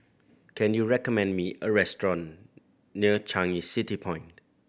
can you recommend me a restaurant near Changi City Point